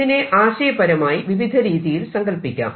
ഇതിനെ ആശയപരമായി വിവിധ രീതിയിൽ സങ്കല്പിക്കാം